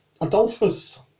Adolphus